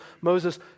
Moses